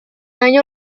año